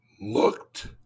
looked